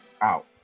out